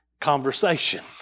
Conversation